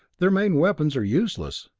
their main weapons are useless,